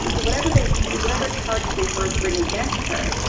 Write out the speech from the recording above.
ah so whatever they, whatever charges they first bring against her,